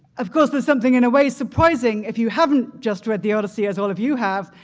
of course, there's something in a way surprising if you haven't just read the odyssey as all of you have,